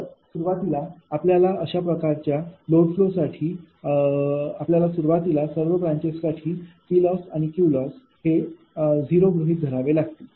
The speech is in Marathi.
तर सुरुवातीला आपल्याला अशा प्रकारच्या लोड फ्लोसाठी आपल्याला सुरुवातीला सर्व ब्रांचेससाठी Ploss आणि Qlossहे 0 गृहीत धरावे लागतील